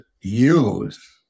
use